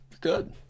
Good